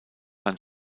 sein